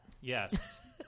Yes